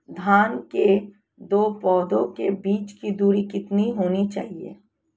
धान के दो पौधों के बीच की दूरी कितनी होनी चाहिए?